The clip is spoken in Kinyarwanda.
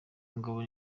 mugabo